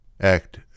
act